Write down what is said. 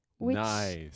Nice